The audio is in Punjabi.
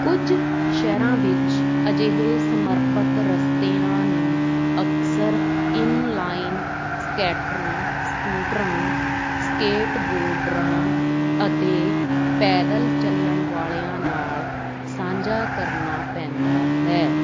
ਕੁਝ ਸ਼ਹਿਰਾਂ ਵਿੱਚ ਅਜਿਹੇ ਸਮਰਪਿਤ ਰਸਤਿਆਂ ਨੂੰ ਅਕਸਰ ਇਨਲਾਈਨ ਸਕੈਟਰਾਂ ਸਕੂਟਰਾਂ ਸਕੇਟਬੋਰਡਰਾਂ ਅਤੇ ਪੈਦਲ ਚੱਲਣ ਵਾਲਿਆਂ ਨਾਲ ਸਾਂਝਾ ਕਰਨਾ ਪੈਂਦਾ ਹੈ